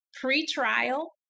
pre-trial